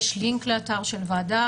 יש לינק לאתר של הוועדה,